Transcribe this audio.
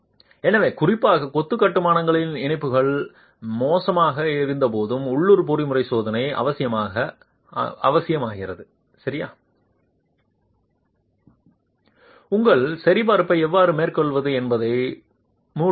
எனவே குறிப்பாக கொத்து கட்டுமானங்களில் இணைப்புகள் மோசமாக இருக்கும்போது உள்ளூர் பொறிமுறை சோதனை அவசியமாகிறது சரியா உங்கள் சரிபார்ப்பை எவ்வாறு மேற்கொள்வது என்பதை மூடுவதற்கு